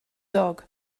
dog